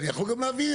אני יכול גם להבין.